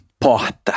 Porta